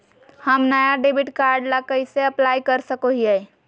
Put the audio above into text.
हम नया debit card ला कइसे अप्लाई कर सको हियै?